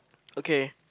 okay